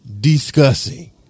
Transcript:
discussing